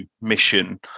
mission